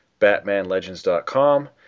BatmanLegends.com